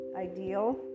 ideal